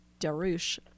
Darush